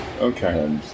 Okay